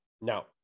Now